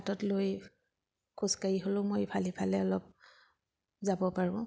হাতত লৈ খোজকাঢ়ি হ'লেও মই ইফালে সিফালে অলপ যাব পাৰোঁ